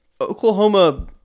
Oklahoma